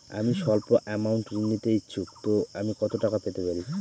আমি সল্প আমৌন্ট ঋণ নিতে ইচ্ছুক তো আমি কত টাকা পেতে পারি?